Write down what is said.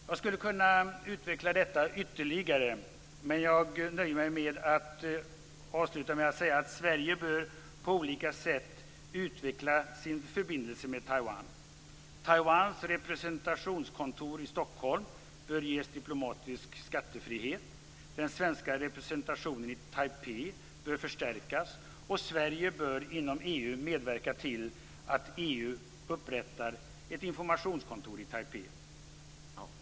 Jag skulle kunna utveckla detta ytterligare, men jag nöjer mig med att avslutningsvis framhålla att Sverige på olika sätt bör utveckla sina förbindelser med Taiwan. Taiwans representationskontor i Stockholm bör ges diplomatisk skattefrihet. Den svenska representationen i Taipei bör förstärkas, och Sverige bör inom EU medverka till att EU upprättar ett informationskontor i Taipei.